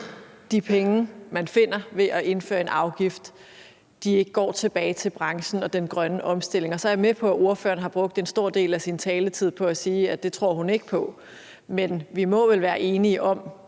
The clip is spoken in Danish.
de penge, man finder ved at indføre en afgift, ikke går tilbage til branchen og den grønne omstilling. Så er jeg med på, at ordføreren har brugt en stor del af sin taletid på at sige, at det tror hun ikke på, men vi må vel være enige om,